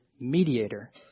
mediator